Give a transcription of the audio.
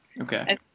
Okay